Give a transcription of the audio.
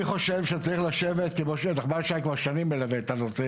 אני חושב שצריך לשבת עם השטח --- כבר שנים מלווה את הנושא